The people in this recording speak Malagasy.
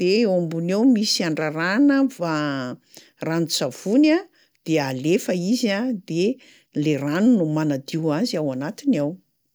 de eo ambony eo misy andrarahana ranon-tsavony a, de alefa izy a, de le rano no manadio azy ao anatiny ao.